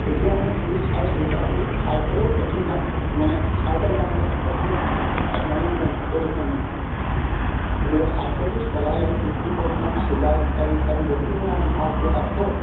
এতিয়া মানে টি ভিত চাইছোঁ তাত মানে চাইকেলৰ ট্ৰেফিক জাম হয় মানে চাইকেল জামটো ট্ৰেফিকে কণ্ট্ৰল কৰে তাত গাড়ী মটৰ নাই প্ৰদূষণ নাই গতিকে চাইকেলটো চলালে কিডনী প্ৰব্লেম চুগাৰ ইত্যাদি ইত্যাদি বহুতৰ কাৰণে ভাল সি এটা ঔষধ